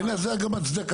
אין לזה גם הצדקה.